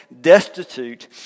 destitute